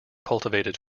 cultivated